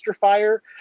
fire